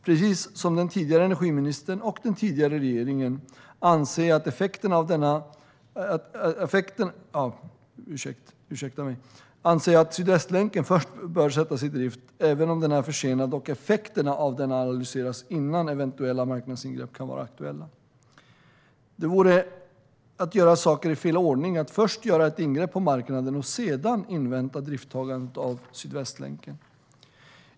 Precis som den tidigare energiministern och den tidigare regeringen anser jag att Sydvästlänken först bör sättas i drift, även om den är försenad, och effekterna av denna analyseras innan eventuella marknadsingrepp kan vara aktuella. Det vore att göra saker i fel ordning att först göra ett ingrepp på marknaden och sedan invänta idrifttagandet av Sydvästlänken.